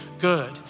good